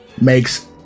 makes